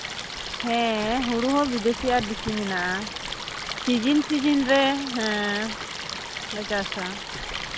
ᱦᱮᱸ ᱦᱳᱲᱳ ᱦᱚᱸ ᱵᱤᱫᱮᱥᱤ ᱟᱨ ᱫᱮᱥᱤ ᱢᱮᱱᱟᱜᱼᱟ ᱥᱤᱡᱤᱱ ᱥᱤᱡᱤᱱ ᱨᱮ ᱦᱮᱸ ᱞᱮ ᱪᱟᱥᱼᱟ